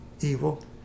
evil